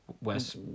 West